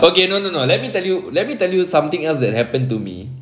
okay no no no let me tell you let me tell you something else that happened to me